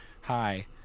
hi